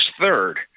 third